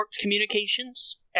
communications